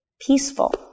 peaceful